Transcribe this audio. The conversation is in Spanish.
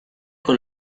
con